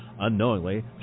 Unknowingly